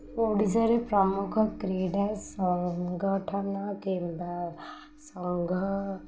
ଓଡ଼ିଶାରେ ପ୍ରମୁଖ କ୍ରୀଡ଼ା ସଂଗଠନ କିମ୍ବା ସଂଘ